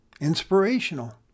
inspirational